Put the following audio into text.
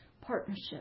partnership